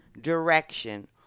direction